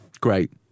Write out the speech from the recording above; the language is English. Great